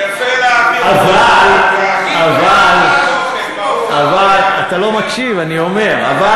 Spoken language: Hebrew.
זה יפה, אבל, אבל, אתה לא יכול בלי שנתקוף.